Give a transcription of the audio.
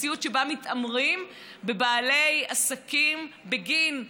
מציאות שבה מתעמרים בבעלי עסקים בגין כשרות,